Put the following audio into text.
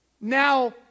Now